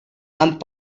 and